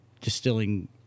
distilling